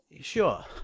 sure